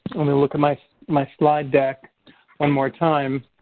let me look at my my slide deck one more time.